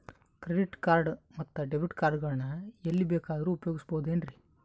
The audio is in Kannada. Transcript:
ಕ್ರೆಡಿಟ್ ಕಾರ್ಡ್ ಮತ್ತು ಡೆಬಿಟ್ ಕಾರ್ಡ್ ಗಳನ್ನು ಎಲ್ಲಿ ಬೇಕಾದ್ರು ಉಪಯೋಗಿಸಬಹುದೇನ್ರಿ?